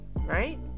Right